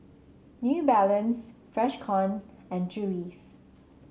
New Balance Freshkon and Julie's